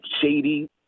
Shady